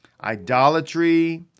Idolatry